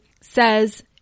says